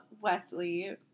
Wesley